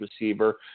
receiver